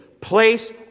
place